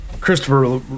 Christopher